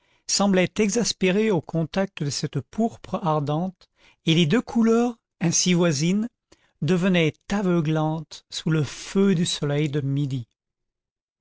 semblait exaspéré au contact de cette pourpre ardente et les deux couleurs ainsi voisines devenaient aveuglantes sous le feu du soleil de midi